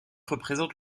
représente